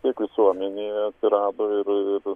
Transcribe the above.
tiek visuomenėje atsirado ir ir